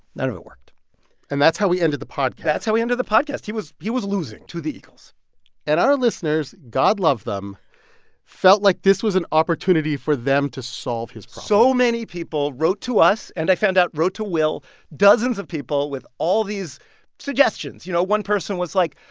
none of it worked and that's how we ended the podcast that's how we ended the podcast he was he was losing to the eagles and our listeners god love them felt like this was an opportunity for them to solve his problem. so many people wrote to us and, i found out, wrote to will dozens of people with all these suggestions, you know. one person was like,